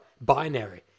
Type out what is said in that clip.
binary